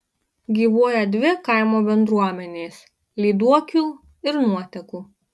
gyvuoja dvi kaimo bendruomenės lyduokių ir nuotekų